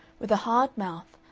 with a hard mouth,